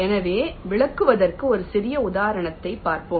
எனவே விளக்குவதற்கு ஒரு சிறிய உதாரணத்தைப் பார்ப்போம்